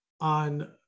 On